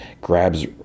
grabs